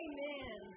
Amen